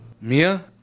Mia